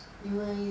因为